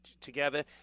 together